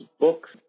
books